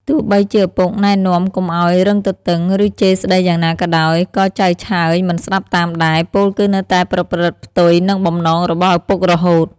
ទោះបីជាឪពុកណែនាំកុំឱ្យរឹងទទឹង ឬជេរស្តីយ៉ាងណាក៏ដោយ ក៏ចៅឆើយ មិនស្តាប់តាមដែរ ពោលគឺនៅតែប្រព្រឹត្តផ្ទុយនឹងបំណងរបស់ឪពុករហូត ។